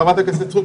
חברת הכנסת סטרוק,